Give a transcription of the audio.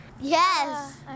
Yes